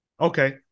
Okay